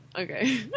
Okay